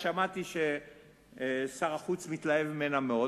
שמעתי ששר החוץ מתלהב ממנה מאוד,